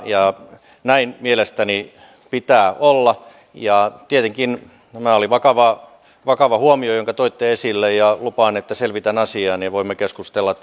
ja näin mielestäni pitää olla tietenkin tämä oli vakava huomio jonka toitte esille ja lupaan että selvitän asian ja voimme keskustella